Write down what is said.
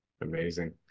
amazing